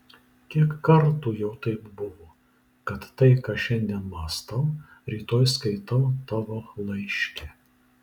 kiek kartų jau taip buvo kad tai ką šiandien mąstau rytoj skaitau tavo laiške